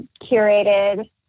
curated